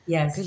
Yes